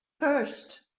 first,